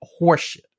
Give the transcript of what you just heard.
horseshit